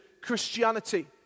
Christianity